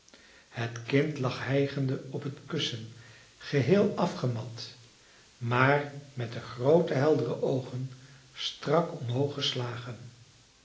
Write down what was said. het kind lag hijgende op het kussen geheel afgemat maar met de groote heldere oogen strak